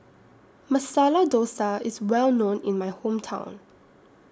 Masala Dosa IS Well known in My Hometown